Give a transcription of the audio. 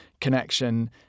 connection